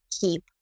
keep